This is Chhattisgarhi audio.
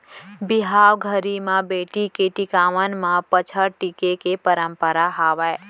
बिहाव घरी म बेटी के टिकावन म पंचहड़ टीके के परंपरा हावय